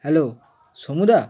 hello Somu the